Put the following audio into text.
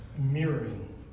mirroring